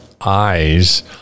eyes